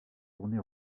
tournée